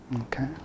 okay